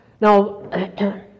Now